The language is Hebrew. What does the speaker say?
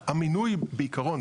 המינוי בעקרון,